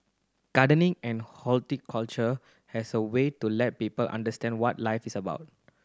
gardening and horticulture has a way to let people understand what life is about